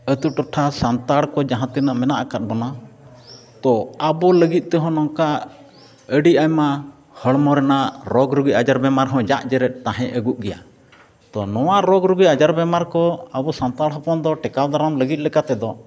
ᱟᱹᱛᱩ ᱴᱚᱴᱷᱟ ᱥᱟᱱᱛᱟᱲ ᱠᱚ ᱡᱟᱦᱟᱸ ᱛᱤᱱᱟᱹᱜ ᱢᱮᱱᱟᱜ ᱟᱠᱟᱫ ᱵᱚᱱᱟ ᱛᱳ ᱟᱵᱚ ᱞᱟᱹᱜᱤᱫ ᱛᱮᱦᱚᱸ ᱱᱚᱝᱠᱟ ᱟᱹᱰᱤ ᱟᱭᱢᱟ ᱦᱚᱲᱢᱚ ᱨᱮᱱᱟᱜ ᱨᱳᱜᱽ ᱨᱩᱜᱤ ᱟᱡᱟᱨ ᱵᱤᱢᱟᱨ ᱦᱚᱸ ᱡᱟᱜ ᱡᱮᱨᱮᱫ ᱛᱟᱦᱮᱸ ᱟᱹᱜᱩᱜ ᱜᱮᱭᱟ ᱛᱚ ᱱᱚᱣᱟ ᱨᱳᱜᱽ ᱨᱩᱜᱤ ᱟᱡᱟᱨ ᱵᱮᱢᱟᱨ ᱠᱚ ᱟᱵᱚ ᱥᱟᱱᱛᱟᱲ ᱦᱚᱯᱚᱱ ᱫᱚ ᱴᱮᱸᱠᱟᱣ ᱫᱟᱨᱟᱢ ᱞᱟᱹᱜᱤᱫ ᱞᱮᱠᱟ ᱛᱮᱫᱚ